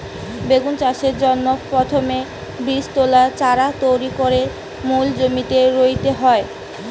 বেগুন চাষের জন্যে প্রথমে বীজতলায় চারা তৈরি কোরে মূল জমিতে রুইতে হয়